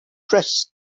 dressed